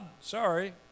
Sorry